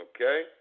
Okay